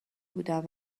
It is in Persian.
بودم